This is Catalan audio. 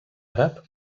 àrab